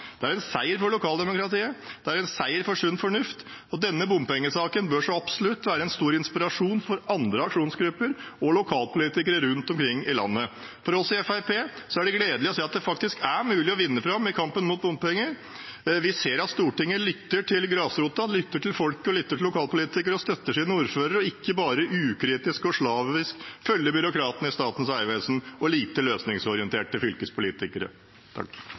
Det er en seier for lokaldemokratiet, det er en seier for sunn fornuft. Denne bompengesaken bør absolutt være en stor inspirasjon for andre aksjonsgrupper og lokalpolitikere rundt omkring i landet. For oss i Fremskrittspartiet er det gledelig å se at det faktisk er mulig å vinne fram i kampen mot bompenger. Vi ser at Stortinget lytter til grasrota, lytter til folket, lytter til lokalpolitikerne og støtter sine ordførere og ikke bare ukritisk og slavisk følger byråkratene i Statens vegvesen og lite løsningsorienterte fylkespolitikere.